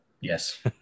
yes